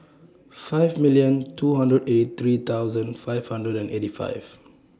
five million two hundred eight three thousand five hundred and eighty five